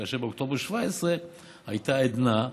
כאשר באוקטובר 2017 הייתה עדנה,